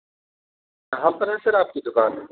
ہم آپ کی دکان پر